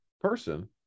person